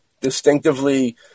distinctively